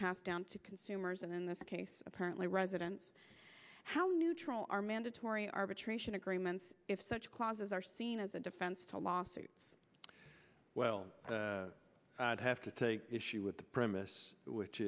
pass down to consumers and in this case apparently resident how neutral are mandatory arbitration agreements if such clauses are seen as a defense to lawsuits well i have to take issue with the premise which